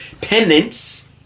Penance